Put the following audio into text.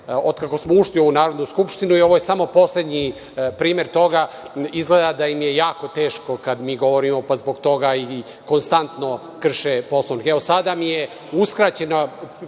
od kako smo ušli u ovu Narodnu skupštinu i ovo je samo poslednji primer toga. Izgleda da im je jako teško kad mi govorimo, pa zbog toga konstantno krše Poslovnik. Sada mi je uskraćeno